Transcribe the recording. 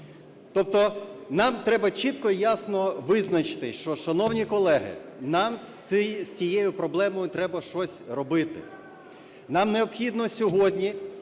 Тобто нам треба чітко і ясно визначити, що шановні колеги, нам з цією проблемою треба щось робити. Нам необхідно сьогодні: